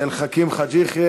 לשר לסיים.